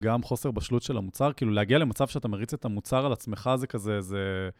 גם חוסר בשלות של המוצר, כאילו להגיע למצב שאתה מריץ את המוצר על עצמך זה כזה, זה...